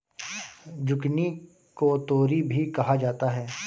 zucchini को तोरी भी कहा जाता है